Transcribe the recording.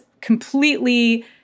completely